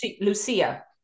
Lucia